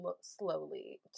slowly